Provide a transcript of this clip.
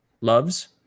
loves